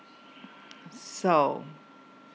so